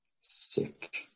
sick